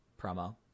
promo